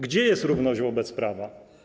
Gdzie jest równość wobec prawa?